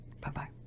Bye-bye